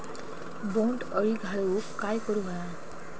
बोंड अळी घालवूक काय करू व्हया?